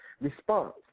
response